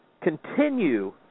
continue